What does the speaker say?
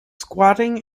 squatting